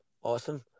Awesome